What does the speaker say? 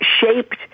shaped